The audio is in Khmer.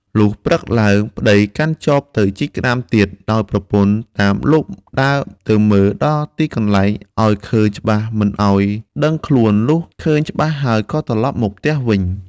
លុះព្រឹកឡើង ប្ដីកាន់ចបទៅជីកក្ដាមទៀត ដោយប្រពន្ធតាមលបដើរទៅមើលដល់ទីកន្លែងឲ្យឃើញច្បាស់មិនឲ្យដឹងខ្លួនលុះឃើញច្បាស់ហើយក៏ត្រឡប់មកផ្ទះវិញ ។